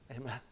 Amen